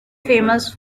famous